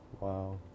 Wow